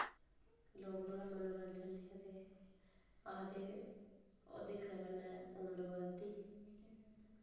लोक नोह्ड़ा मनोरंजन दिक्खदे आखदे ओह् दिक्खने कन्नै उमर बदधी दी